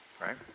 right